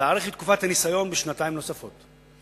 להיערך לתקופת ניסיון בשנתיים נוספות.